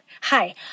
Hi